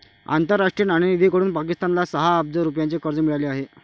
आंतरराष्ट्रीय नाणेनिधीकडून पाकिस्तानला सहा अब्ज रुपयांचे कर्ज मिळाले आहे